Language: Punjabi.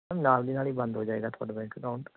ਮੈਮ ਨਾਲ ਦੀ ਨਾਲ ਹੀ ਬੰਦ ਹੋ ਜਾਵੇਗਾ ਤੁਹਾਡਾ ਬੈਂਕ ਆਕਾਊਂਟ